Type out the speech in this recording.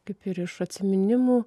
kaip ir iš atsiminimų